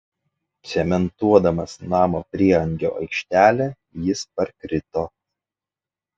cementuodamas namo prieangio aikštelę jis parkrito